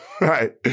Right